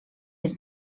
jest